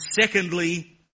secondly